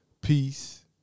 peace